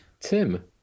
tim